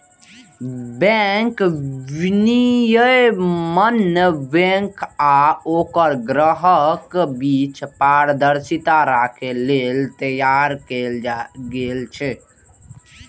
bank विनियमन bank आ ओकर ग्राहकक बीच पारदर्शिता राखै लेल तैयार कैल गेल छै